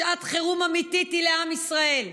שעת חירום אמיתית היא לעם ישראל.